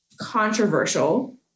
controversial